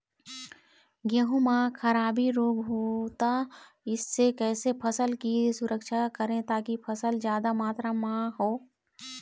गेहूं म खराबी रोग होता इससे कैसे फसल की सुरक्षा करें ताकि फसल जादा मात्रा म हो?